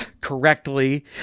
correctly